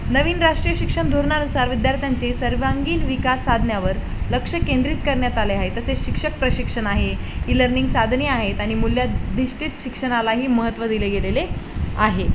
नवीन राष्ट्रीय शिक्षण धोरणानुसार विद्यार्थ्यांचे सर्वांगीण विकास साधण्यावर लक्ष केंद्रित करण्यात आले आहे तसेच शिक्षक प्रशिक्षण आहे ई लर्निंग साधने आहेत आणि मूल्याधिष्ठित शिक्षणालाही महत्त्व दिले गेलेले आहे